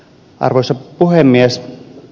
arvoisa puhemies